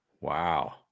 wow